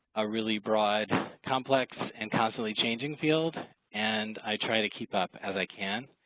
a really broad complex and constantly changing field and i try to keep up as i can.